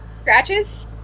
scratches